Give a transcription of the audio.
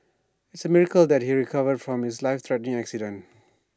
IT A miracle that he recovered from his life threatening accident